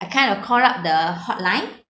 I kind of called up the hotline